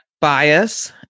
bias